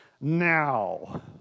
now